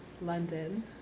London